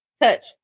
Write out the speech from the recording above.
touch